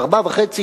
ארבע שנים וחצי,